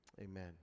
Amen